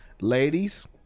ladies